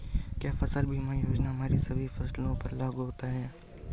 क्या फसल बीमा योजना हमारी सभी फसलों पर लागू होती हैं?